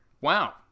Wow